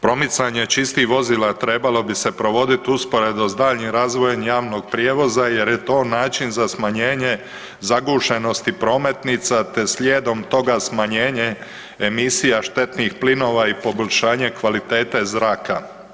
Promicanje čistih vozila trebalo bi se provodit usporedo s daljnjim razvojem javnog prijevoza jer je to način za smanjenje zagušenosti prometnica te slijedom toga smanjenje emisija štetnih plinova i poboljšanje kvalitete zraka.